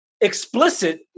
explicit